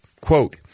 quote